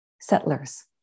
settlers